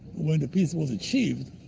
when the peace was achieved,